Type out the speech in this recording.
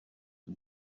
the